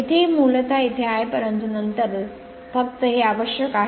येथे हे मूलतः येथे आहे परंतु नंतर फक्त हे आवश्यक आहे